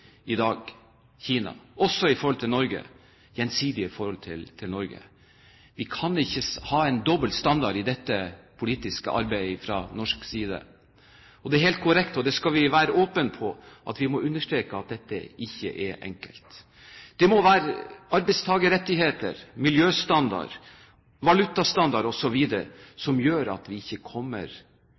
i dag, Kina, også i forholdet til Norge, det gjensidige forholdet til Norge. Vi kan ikke ha en dobbel standard fra norsk side i dette politiske arbeidet. Det er helt korrekt – og det skal vi være åpne på – at vi må understreke at dette ikke er enkelt. Det må være arbeidstakerrettigheter, miljøstandarder, valutastandarder osv. som gjør at arbeidstakere i et land kommer